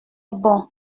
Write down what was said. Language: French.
bon